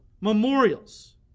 memorials